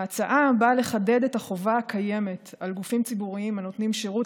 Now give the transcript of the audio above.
ההצעה באה לחדד את החובה הקיימת על גופים ציבוריים הנותנים שירות